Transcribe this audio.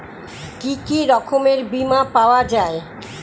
কি কি রকমের বিমা পাওয়া য়ায়?